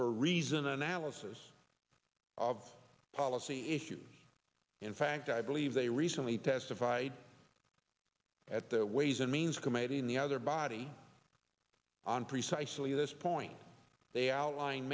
for reason analysis of policy issues in fact i believe they recently testified at the ways and means committee in the other body on precisely this point they outlin